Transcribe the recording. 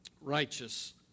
righteous